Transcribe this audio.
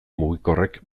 mugikorrek